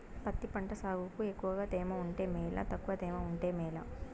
పత్తి పంట సాగుకు ఎక్కువగా తేమ ఉంటే మేలా తక్కువ తేమ ఉంటే మేలా?